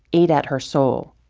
ate at her soul.